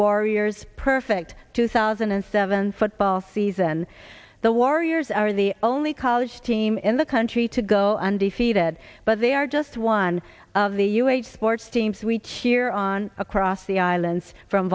warriors perfect two thousand and seven football season the warriors are the only college team in the country to go undefeated but they are just one of the you eight sports teams we cheer on across the islands from